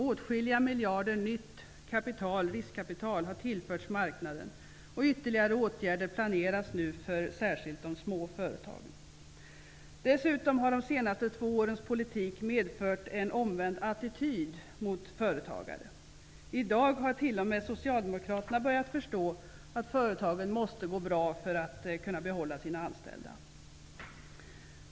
Åtskilliga miljarder i nytt riskkapital har tillförts marknaden och ytterligare åtgärder planeras nu för särskilt de små företagen. Dessutom har de senaste två årens politik medfört en omvänd attityd mot företagare. I dag har t.o.m. Socialdemokraterna börjat förstå att företagen måste gå bra för att kunna behålla sina anställda.